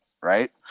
right